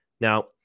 Now